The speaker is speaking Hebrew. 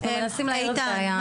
אנחנו מנסים להאיר בעיה נוספת.